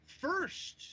first